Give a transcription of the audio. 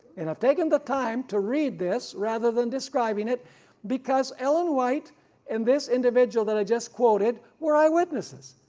and i've taken the time to read this rather than describing it because ellen white and this individual that i just quoted were eyewitnesses,